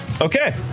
Okay